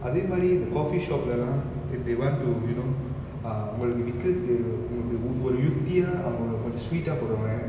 அதே மாறி இந்த:athe mari intha coffeeshop லலாம்:lalam if they want to you know uh அவங்களுக்கு விக்கிறதுக்கு ஒரு யுக்தியா அவங்க ஒரு கொஞ்சம்:avangalukku vikkirathukku oru yukthiya avanga oru konjam sweet ah போடுவாங்க:poduvanga